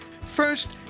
First